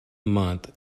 month